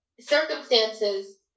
circumstances